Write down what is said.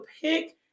pick